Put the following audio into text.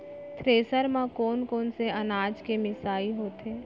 Thresher म कोन कोन से अनाज के मिसाई होथे?